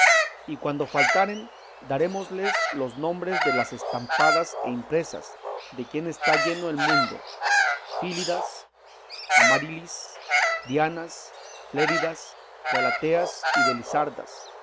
y cuando faltaren darémosles los nombres de las estampadas e impresas de quien está lleno el mundo fílidas amarilis dianas fléridas galateas y belisardas